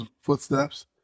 footsteps